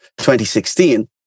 2016